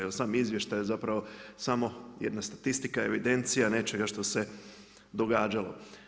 Jer sam izvještaj zapravo samo jedna statistika, evidencija nečega što se događalo.